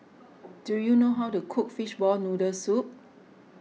do you know how to cook Fishball Noodle Soup